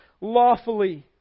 lawfully